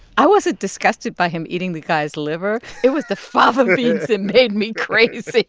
i wasn't disgusted by him eating the guy's liver, it was the fava beans that made me crazy